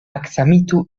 aksamitu